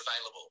available